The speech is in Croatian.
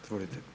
Izvolite.